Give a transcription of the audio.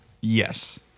Yes